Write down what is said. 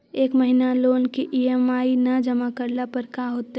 एक महिना लोन के ई.एम.आई न जमा करला पर का होतइ?